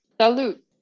Salute